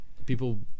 people